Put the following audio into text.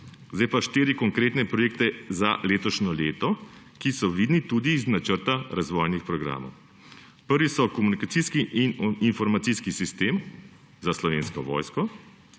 Zdaj pa štirje konkretni projekti za letošnje leto, ki so vidni tudi iz načrta razvojnih programov. Prvi so komunikacijski in informacijski sistem za Slovensko vojsko,